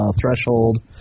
threshold